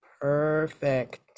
Perfect